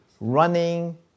running